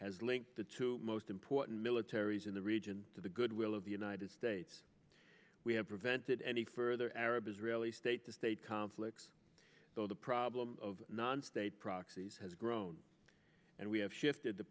has linked the two most important militaries in the region to the goodwill of the united states we have prevented any further arab israeli state the state conflicts so the problem of non state proxies has grown and we have shifted the